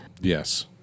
Yes